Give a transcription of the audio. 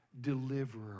deliverer